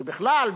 ושבכלל,